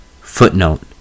Footnote